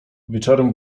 wieczorem